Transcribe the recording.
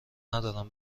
ندارم